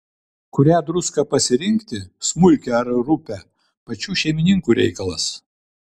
kurią druską pasirinkti smulkią ar rupią pačių šeimininkių reikalas